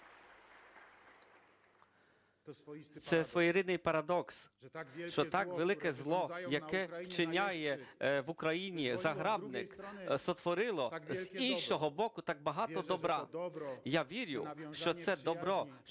Це своєрідний парадокс, що таке велике зло, яке вчиняє в Україні загарбник, створило з іншого боку так багато добра. Я вірю, що це добро